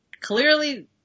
clearly